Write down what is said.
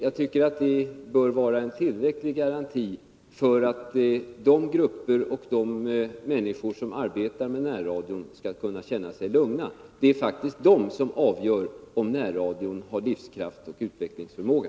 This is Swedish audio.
Jag tycker det bör vara en tillräcklig garanti för att de grupper och de människor som arbetar med närradion skall kunna känna sig lugna. Det är faktiskt de som avgör om närradion har livskraft och utvecklingsförmåga.